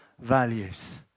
values